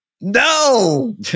no